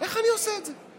איך אני עושה את זה?